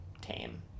tame